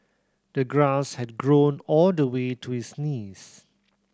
the grass had grown all the way to his knees